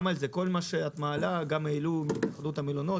מעלה העלתה גם התאחדות המלונות.